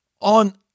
on